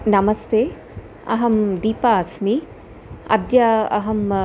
नमस्ते अहं दीपा अस्मि अद्य अहम्